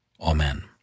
Amen